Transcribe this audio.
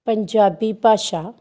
ਪੰਜਾਬੀ ਭਾਸ਼ਾ